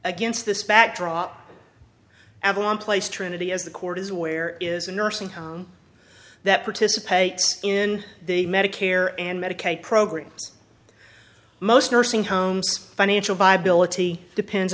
against this backdrop avalon place trinity as the court is aware is a nursing home that participates in the medicare and medicaid programs most nursing homes financial viability depends